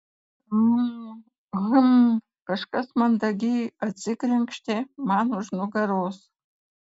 hm hm kažkas mandagiai atsikrenkštė man už nugaros